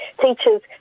teachers